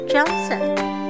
Johnson